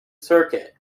circuit